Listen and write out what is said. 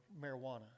marijuana